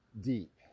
deep